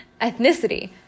Ethnicity